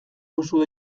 oso